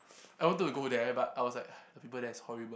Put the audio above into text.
I wanted to go there but I was like the people there is horrible